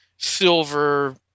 silver